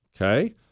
Okay